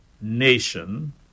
nation